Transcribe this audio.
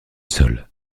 sol